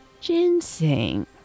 Ginseng